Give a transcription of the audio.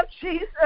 Jesus